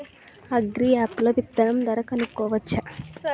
Agri app లో విత్తనం ధర కనుకోవచ్చా?